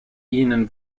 ihnen